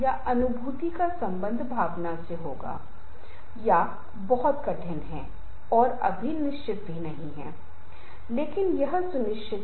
बेशक उदाहरण के लिए कई अन्य स्रोत हैं विचारधारा शैक्षिक अंतर अनुभवों में अंतर प्रतिस्पर्धाएँ हैं धारणा है कि हम दूसरों के बारे में कैसा अनुभव करते हैं अपर्याप्त या खराब संचार शक्ति का दुरुपयोग